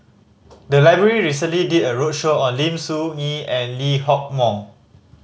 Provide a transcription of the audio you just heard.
the library recently did a roadshow on Lim Soo Ngee and Lee Hock Moh